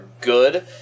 good